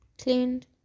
cleaned